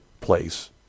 place